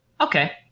Okay